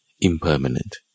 impermanent